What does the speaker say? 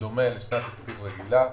בדומה לשנת תקציב רגילה.